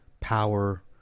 Power